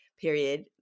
period